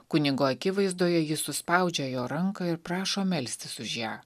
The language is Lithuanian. kunigo akivaizdoje ji suspaudžia jo ranką ir prašo melstis už ją